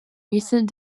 recent